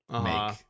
make